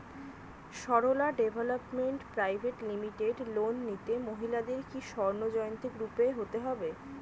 Sarala development private limited loan নিতে মহিলাদের কি স্বর্ণ জয়ন্তী গ্রুপে হতে হবে?